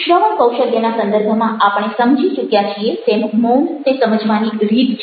શ્રવણ કૌશલ્યના સંદર્ભમાં આપણે સમજી ચૂક્યાં છીએ તેમ મૌન તે સમજવાની રીત છે